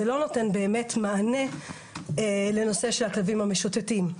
זה לא נותן באמת מענה לנושא של הכלבים המשוטטים.